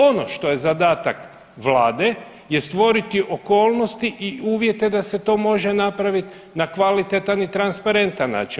Ono što je zadatak Vlade je stvoriti okolnosti i uvjete da se to može napraviti na kvalitetan i transparentan način.